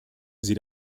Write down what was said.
sie